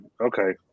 okay